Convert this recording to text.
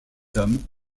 hommes